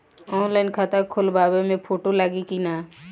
Online खाता खोलबाबे मे फोटो लागि कि ना?